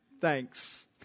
Thanks